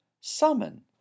summon